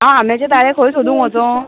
आं आम्याचे ताळे खंय सोदूंक वचो